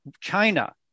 China